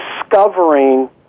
discovering